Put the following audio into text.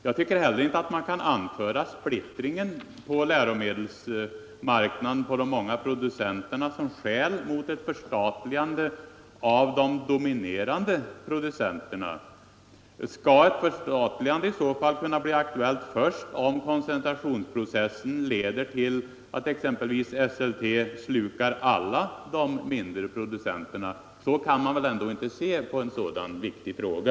Jag tycker heller inte att man kan anföra splittringen bland producenterna på läromedelsmarknaden som skäl mot ett förstatligande av de dominerande företagen. Skall ett förstatligande i så fall kunna bli aktuellt först om koncentrationsprocessen leder till att t.ex. Esselte slukar alla de mindre producenterna? Så kan man väl ändå inte se på en så viktig fråga.